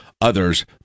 others